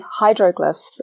hydroglyphs